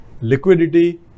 liquidity